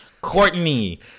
Courtney